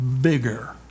bigger